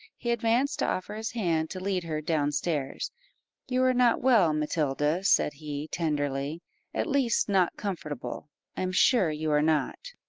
he advanced to offer his hand to lead her down stairs you are not well, matilda, said he, tenderly at least not comfortable i am sure you are not.